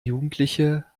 jugendliche